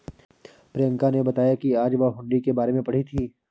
प्रियंका ने बताया कि आज वह हुंडी के बारे में पढ़ी थी